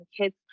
kids